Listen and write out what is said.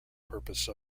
purpose